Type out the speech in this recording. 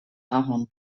ahorn